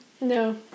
no